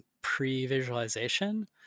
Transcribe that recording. pre-visualization